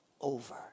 over